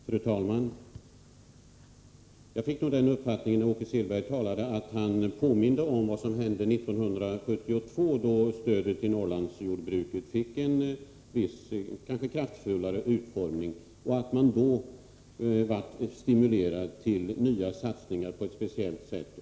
Fru talman! Jag fick nog den uppfattningen när Åke Selberg talade att han påminnde om vad som hände 1972, då stödet till Norrlandsjordbruket fick en kanske kraftfullare utformning. Det stimulerade till nysatsningar på ett speciellt sätt.